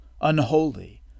unholy